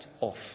off